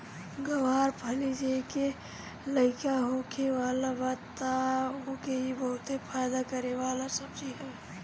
ग्वार फली जेके लईका होखे वाला बा तअ ओके इ बहुते फायदा करे वाला सब्जी हवे